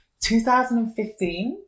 2015